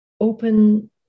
open